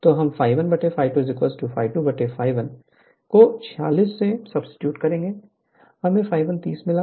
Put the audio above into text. तो हम ∅1∅2 ∅2 ∅1 ∅2 को 46 से सब्सीट्यूट करें हमें ∅1 30 मिला